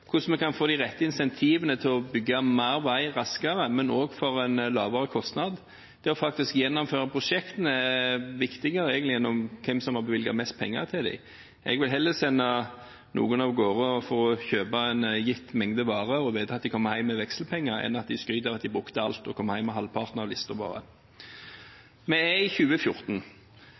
hvordan vi kan få de riktige incentivene til å bygge mer vei raskere og til en lavere kostnad. Det faktisk å gjennomføre prosjektene er egentlig viktigere enn hvem som har bevilget mest penger til dem. Jeg vil heller sende noen av gårde for å kjøpe en gitt mengde varer og vite at de kommer hjem med vekslepenger, enn at de skryter av at de brukte alt og kommer hjem med bare halvparten av varene fra listen. Vi er i 2014.